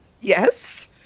Yes